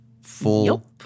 full